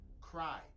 cry